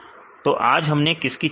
तो आज हमने किस की चर्चा की